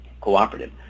cooperative